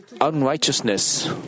unrighteousness